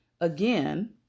again